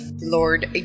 Lord